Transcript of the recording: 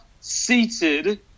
seated